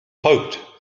hoped